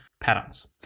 patterns